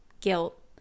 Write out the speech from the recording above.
guilt